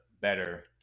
better